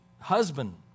husband